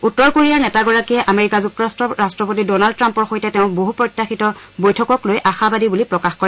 উত্তৰ কোৰিয়াৰ নেতাগৰাকীয়ে আমেৰিকা যুক্তৰাট্টৰ ৰাট্টপতি ডনাল্ড ট্ৰাম্পৰ সৈতে তেওঁৰ বহু প্ৰত্যাশিত বৈঠকক লৈ আশাবাদী বুলি প্ৰকাশ কৰে